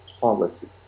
policies